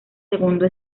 segundo